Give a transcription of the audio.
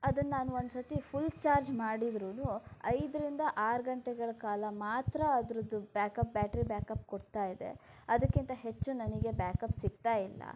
ಅದನ್ನಾನು ಒಂದ್ಸತಿ full charge ಮಾಡಿದರೂ ಐದರಿಂದ ಆರು ಗಂಟೆಗಳ ಕಾಲ ಮಾತ್ರ ಅದರದ್ದು ಬ್ಯಾಕಪ್ ಬ್ಯಾಟ್ರಿ ಬ್ಯಾಕಪ್ ಕೊಡ್ತಾ ಇದೆ ಅದಕ್ಕಿಂತ ಹೆಚ್ಚು ನನಗೆ ಬ್ಯಾಕಪ್ ಸಿಗ್ತಾ ಇಲ್ಲ